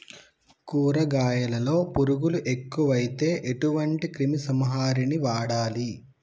కూరగాయలలో పురుగులు ఎక్కువైతే ఎటువంటి క్రిమి సంహారిణి వాడాలి?